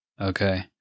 Okay